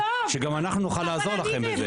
שגם אנחנו נוכל לעזור לכם בזה.